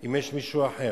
אם יש מישהו אחר.